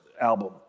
album